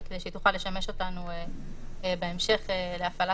כדי שהיא תוכל לשמש אותנו בהמשך להפעלה